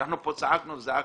כשאנחנו פה זעקנו "חמס",